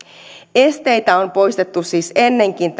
esteitä on poistettu siis ennenkin